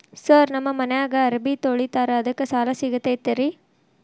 Sir ನಮ್ಮ ಮನ್ಯಾಗ ಅರಬಿ ತೊಳಿತಾರ ಅದಕ್ಕೆ ಸಾಲ ಸಿಗತೈತ ರಿ?